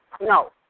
no